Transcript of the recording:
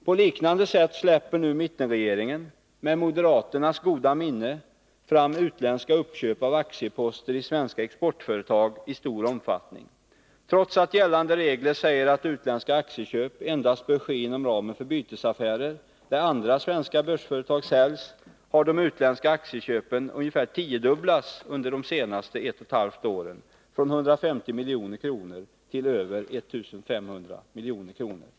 På liknande sätt släpper nu mittenregeringen, med moderaternas goda minne, fram utländska uppköp av aktieposter i svenska exportföretag i stor omfattning. Trots att gällande regler säger att utländska aktieköp endast bör ske inom ramen för bytesaffärer, där andra svenska börsaktier säljs, har de utländska aktieköpen ungefär tiodubblats under de senaste ett och ett halvt åren, från 150 milj.kr. till över 1500 milj.kr.